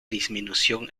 disminución